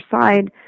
side